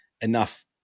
enough